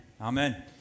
Amen